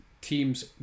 teams